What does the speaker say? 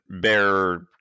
Bear